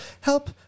help